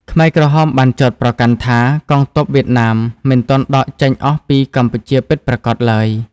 ខ្មែរក្រហមបានចោទប្រកាន់ថា កងទ័ពវៀតណាមមិនទាន់ដកចេញអស់ពីកម្ពុជាពិតប្រាកដឡើយ។